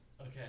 Okay